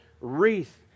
wreath